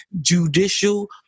judicial